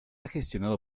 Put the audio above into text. gestionado